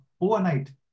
overnight